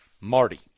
marty